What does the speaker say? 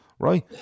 Right